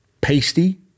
pasty